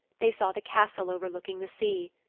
they saw the castle overlooking the sea.